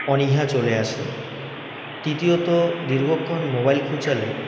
অনীহা চলে আসে তৃতীয়ত দীর্ঘক্ষণ মোবাইল খোঁচালে